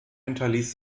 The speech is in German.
hinterließ